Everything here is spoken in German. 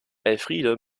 elfriede